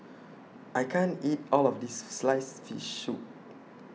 I can't eat All of This Sliced Fish Soup